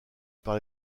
par